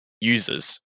users